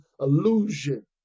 illusion